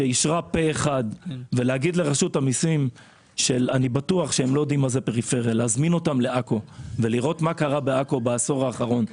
אני חושב שרביבו ייצג פה באמת מה זה לנהל עיר מעורבת במדינת ישראל.